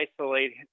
isolate